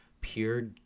pure